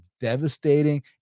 devastating